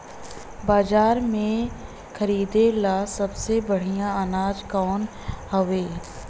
बाजार में खरदे ला सबसे बढ़ियां अनाज कवन हवे?